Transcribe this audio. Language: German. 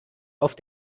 auf